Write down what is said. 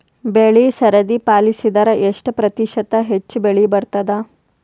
ಬೆಳಿ ಸರದಿ ಪಾಲಸಿದರ ಎಷ್ಟ ಪ್ರತಿಶತ ಹೆಚ್ಚ ಬೆಳಿ ಬರತದ?